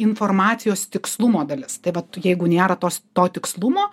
informacijos tikslumo dalis tai vat jeigu nėra tos to tikslumo